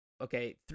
okay